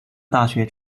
大学